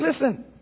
listen